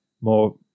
more